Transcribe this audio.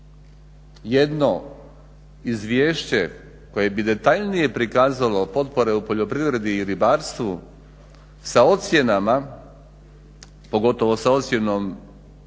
Jedno izvješće koje bi detaljnije prikazalo potpore u poljoprivredi i ribarstvu sa ocjenama pogotovo sa ocjenom